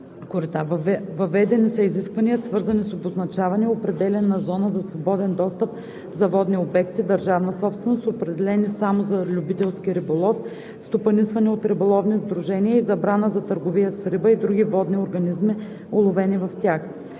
корита. Въведени са изисквания, свързани с обозначаване и определяне на зона за свободен достъп за водните обекти – държавна собственост, определени само за любителски риболов, стопанисвани от риболовни сдружения и забрана за търговия с риба и други водни организми, уловени в тях.